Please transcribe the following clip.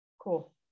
Cool